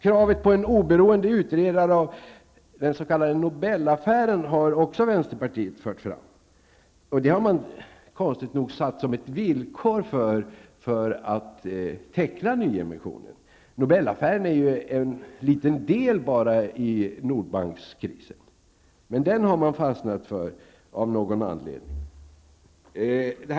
Vänsterpartiet har också fört fram krav på en oberoende utredare av den s.k. Nobelaffären. Det har man konstigt nog satt som villkor för statens medverkan i nyemissionen. Nobelaffären är ju bara en liten del av Nordbankenkrisen, men den har man av någon anledning fastnat för.